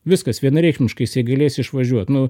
viskas vienareikšmiškai jisai galės išvažiuot nu